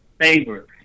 Favor